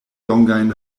longajn